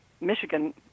Michigan